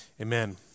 Amen